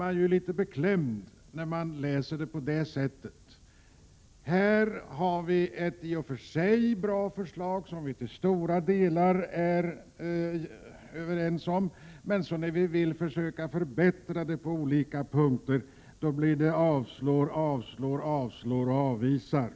Man blir litet beklämd när man läser det på det sättet. Vi har här ett i och för sig bra förslag som vi till stora delar är överens om. När vi försöker förbättra det på olika punkter blir resultatet bara ett upprepande av orden avslår och avvisar.